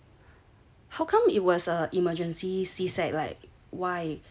how come it was a emergency C sec like why